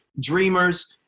dreamers